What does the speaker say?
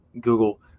Google